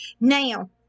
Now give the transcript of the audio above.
Now